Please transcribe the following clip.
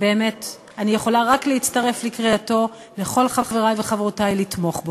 באמת אני יכולה רק להצטרף לקריאתו לכל חברי וחברותי לתמוך בו.